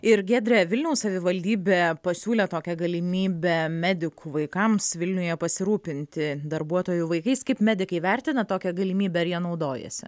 ir giedre vilniaus savivaldybė pasiūlė tokią galimybę medikų vaikams vilniuje pasirūpinti darbuotojų vaikais kaip medikai vertina tokią galimybę ar ja naudojasi